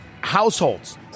households